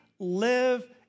live